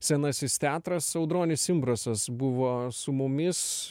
senasis teatras audronis imbrasas buvo su mumis